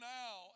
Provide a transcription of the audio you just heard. now